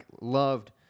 loved